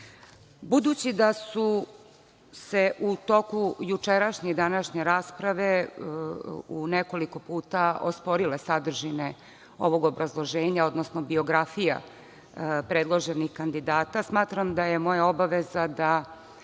da su se u toku jučerašnje i današnje rasprave u nekoliko puta osporile sadržine ovog obrazloženja, odnosno biografija predloženih kandidata, smatram da je moja obaveza da